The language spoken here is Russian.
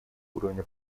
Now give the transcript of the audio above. уровня